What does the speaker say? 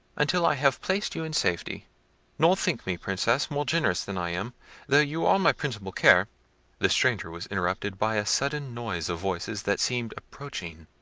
until i have placed you in safety nor think me, princess, more generous than i am though you are my principal care the stranger was interrupted by a sudden noise of voices that seemed approaching,